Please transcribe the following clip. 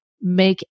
make